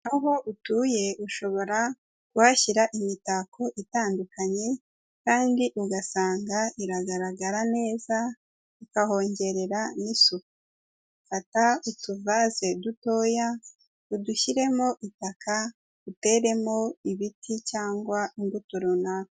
Aho utuye ushobora kuhashyira imitako itandukanye kandi ugasanga iragaragara neza ikahongerera n'isuku, fata utuvase dutoya udushyiremo itaka uteremo ibiti cyangwa imbuto runaka.